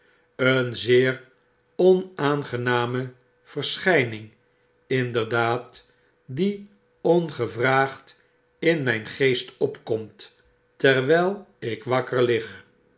een zeer onaangename verschyning inderdaad die ongevraagd in myn geest opkomt terwyl ikwakker lig